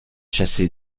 chassé